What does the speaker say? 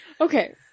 Okay